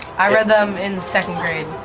i read them in second grade.